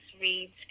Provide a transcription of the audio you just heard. reads